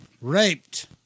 raped